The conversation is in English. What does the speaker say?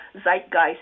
zeitgeist